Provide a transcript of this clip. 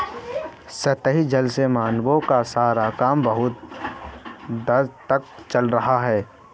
सतही जल से मानवों का सारा काम बहुत हद तक चल जाता है